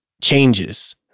changes